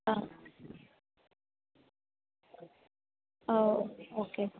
ആ ആ ഓ ഓക്കെ